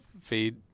feed